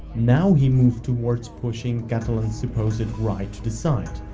now he moved towards pushing catalans' supposed right to decide,